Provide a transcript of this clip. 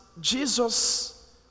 Jesus